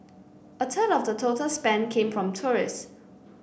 a third of the total spend came from tourists